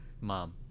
mom